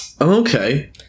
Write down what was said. Okay